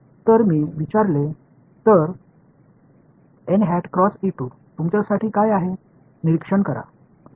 तर मी विचारले तर तुमच्यासाठी काय आहे निरीक्षण करा